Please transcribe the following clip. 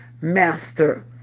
master